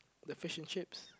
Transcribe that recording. the fish and chips